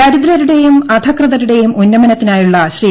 ദരിദ്രരുടെയും അധഃകൃതരുടെയും ഉന്നമനത്തിനായുള്ള ശ്രീ